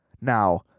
now